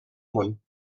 món